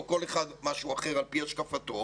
או כל אחד משהו אחר על פי השקפתו,